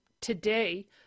today